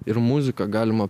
ir muziką galima